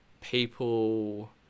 people